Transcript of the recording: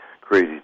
Crazy